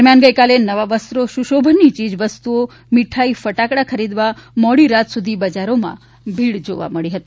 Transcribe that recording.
દરમિયાન ગઇકાલે નવા વસ્ત્રો સુશોભનની યીજવસ્તુઓ મીઠાઇ ફટાકડા ખરીદવા મોડી રાત સુધી બજારોમાં ભીડ જોવા મળી હતી